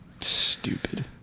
Stupid